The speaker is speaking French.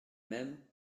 même